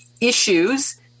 issues